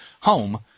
home